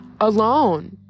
alone